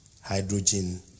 Hydrogen